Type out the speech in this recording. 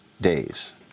days